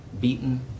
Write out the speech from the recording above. beaten